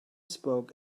spoke